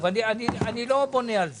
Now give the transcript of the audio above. אני לא בונה על זה,